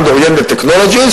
Mind Oriented Technologies,